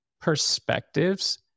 perspectives